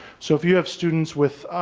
so if you have students with,